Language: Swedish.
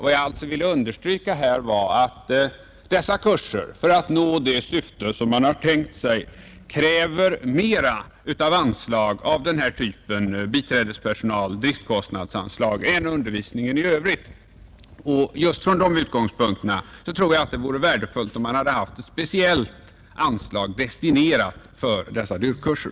Vad jag alltså ville understryka var att dessa kurser, för att man skall nå det syfte som man har tänkt sig, kräver mera av anslag av denna typ — för biträdespersonal, för driftkostnader — än undervisningen i övrigt. Just från den utgångspunkten tror jag att det hade varit värdefullt om man haft ett speciellt anslag destinerat för dessa DYRK-kurser.